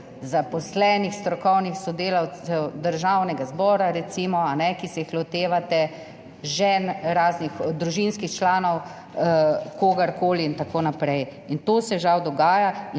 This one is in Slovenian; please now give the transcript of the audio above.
zaposlenih, strokovnih sodelavcev Državnega zbora, recimo, ki se jih lotevate, žen, raznih družinskih članov, kogarkoli in tako naprej. In to se žal dogaja.